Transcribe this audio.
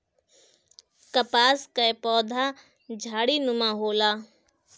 कपास कअ पौधा झाड़ीनुमा होला